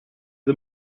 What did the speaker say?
the